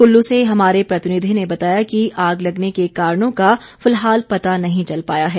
कुल्लू से हमारे प्रतिनिधि ने बताया है कि आग लगने के कारणों का फिलहाल पता नहीं चल पाया है